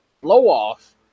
blow-off